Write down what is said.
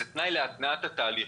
זה תנאי להתנעת התהליך.